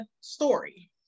story